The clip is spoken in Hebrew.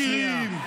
היינו רואים תחקירים,